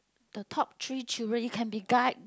the top three children it can be guy